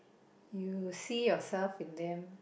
you see yourself in them